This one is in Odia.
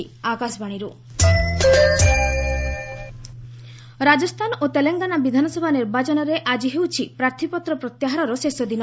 ୱିଡ୍ରୟାଲ୍ ନୋମିନେସନ୍ ରାଜସ୍ଥାନ ଓ ତେଲଙ୍ଗାନା ବିଧାନସଭା ନିର୍ବାଚନରେ ଆଜି ହେଉଛି ପ୍ରାର୍ଥୀପତ୍ର ପ୍ରତ୍ୟାହାରର ଶେଷ ଦିନ